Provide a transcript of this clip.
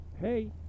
Hey